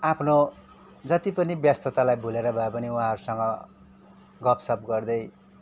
आफ्नो जति पनि व्यस्ततालाई भुलेर भए पनि उहाँहरूसँग गफ सफ गर्दै